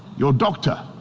your doctor,